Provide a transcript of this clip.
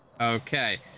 Okay